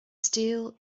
steel